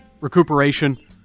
recuperation